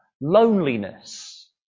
loneliness